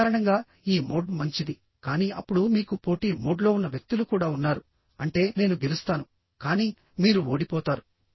సాధారణంగా ఈ మోడ్ మంచిది కానీ అప్పుడు మీకు పోటీ మోడ్లో ఉన్న వ్యక్తులు కూడా ఉన్నారు అంటే నేను గెలుస్తాను కానీ మీరు ఓడిపోతారు